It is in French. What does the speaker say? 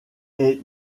est